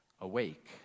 awake